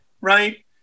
right